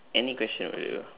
any question will do